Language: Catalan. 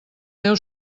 meu